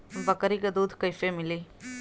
बकरी क दूध कईसे मिली?